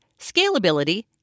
scalability